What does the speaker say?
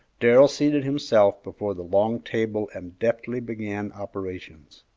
darrell seated himself before the long table and deftly began operations.